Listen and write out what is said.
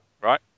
Right